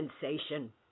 sensation